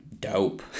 dope